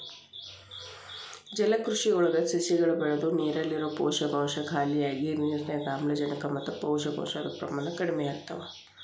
ಜಲಕೃಷಿಯೊಳಗ ಸಸಿಗಳು ಬೆಳದು ನೇರಲ್ಲಿರೋ ಪೋಷಕಾಂಶ ಖಾಲಿಯಾಗಿ ನಿರ್ನ್ಯಾಗ್ ಆಮ್ಲಜನಕ ಮತ್ತ ಪೋಷಕಾಂಶದ ಪ್ರಮಾಣ ಕಡಿಮಿಯಾಗ್ತವ